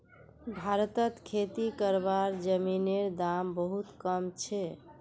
भारतत खेती करवार जमीनेर दाम बहुत कम छे